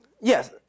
Yes